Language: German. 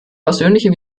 persönliche